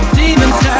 demons